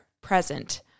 present